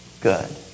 good